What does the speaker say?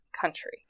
country